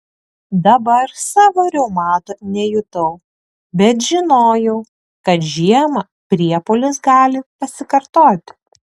dabar savo reumato nejutau bet žinojau kad žiemą priepuolis gali pasikartoti